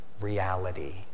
reality